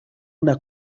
una